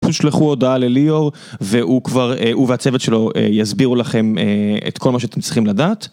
תשלחו הודעה לליאור, והוא והצוות שלו יסבירו לכם את כל מה שאתם צריכים לדעת